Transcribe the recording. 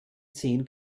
zehn